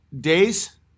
days